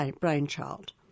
brainchild